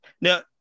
Now